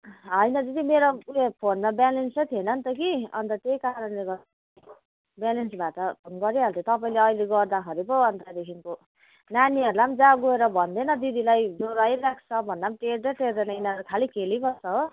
होइन दिदी मेरो उयो फोनमा ब्यालेन्सै थिएन नि त कि अन्त त्यही कारणले गर्दा ब्यालेन्स भए त फोन गरिहाल्थे तपाईँले अहिले फोन गर्दाखेरि पो अन्त त्यहाँदेखिको नानीहरूलाई पनि जा गएर भनिदे न दिदीलाई ज्वरो आइरहेको छ भन्दा पनि टेर्दै टेर्दैन यिनीहरू खालि खेलिबस्छ हो